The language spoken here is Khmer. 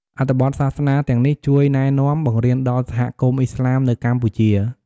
អត្ថបទសាសនាទាំងនេះជួយណែនាំ បង្រៀនដល់សហគមន៍អ៊ីស្លាមនៅកម្ពុជា។